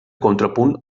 contrapunt